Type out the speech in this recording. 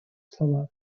слова